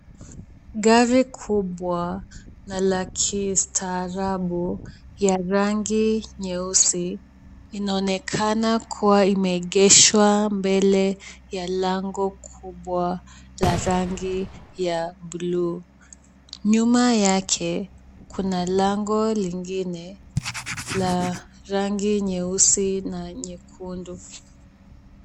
Gari kubwa na la kiistarabu ya rangi nyeusi, inaonekana kuwa imeegeshwa mbele ya lango kubwa la rangi ya buluu. Nyuma yake kuna lango lingine la rangi nyeusi na nyekundu.